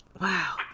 Wow